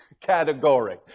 category